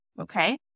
okay